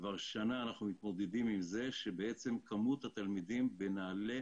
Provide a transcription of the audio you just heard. כבר שנה אנחנו מתמודדים עם זה שכמות התלמידים בנעל"ה